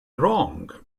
wrong